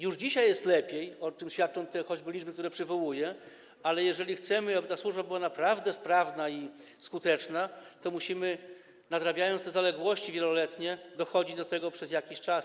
Już dzisiaj jest lepiej, o czym świadczą choćby te liczby, które przywołuję, ale jeżeli chcemy, aby ta służba była naprawdę sprawna i skuteczna, to musimy, nadrabiając te wieloletnie zaległości, dochodzić do tego przez jakiś czas.